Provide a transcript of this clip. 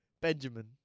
Benjamin